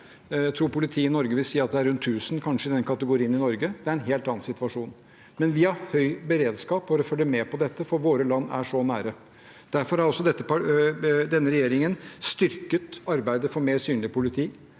Jeg tror politiet i Norge vil si at det kanskje er rundt 1 000 i den kategorien i Norge, så det er en helt annen situasjon, men vi har høy beredskap for å følge med på dette fordi våre land er så nære. Derfor har også denne regjeringen styrket arbeidet for mer synlig politi,